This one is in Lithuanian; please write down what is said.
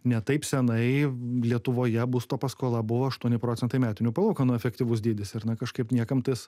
ne taip senai lietuvoje būsto paskola buvo aštuoni procentai metinių palūkanų efektyvus dydis ir na kažkaip niekam tas